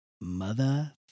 mother